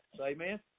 Amen